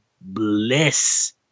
bliss